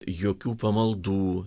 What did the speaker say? jokių pamaldų